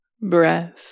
breath